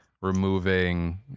removing